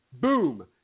Boom